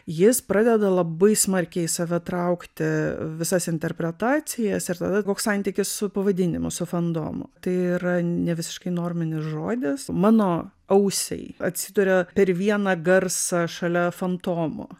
jis pradeda labai smarkiai į save traukti visas interpretacijas ir tada koks santykis su pavadinimu su fandomu tai yra nevisiškai norminis žodis mano ausiai atsiduria per vieną garsą šalia fantomo